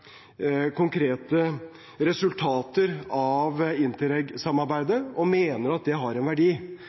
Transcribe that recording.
konkrete resultater av Interreg-samarbeidet og mener at det har en verdi.